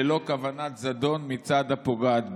ללא כוונת זדון מצד הפוגעת בו.